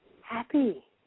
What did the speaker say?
happy